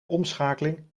omschakeling